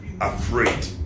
afraid